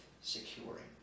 securing